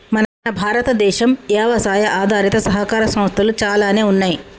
మన భారతదేనం యవసాయ ఆధారిత సహకార సంస్థలు చాలానే ఉన్నయ్యి